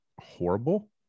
horrible